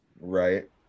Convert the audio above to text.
Right